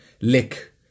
lick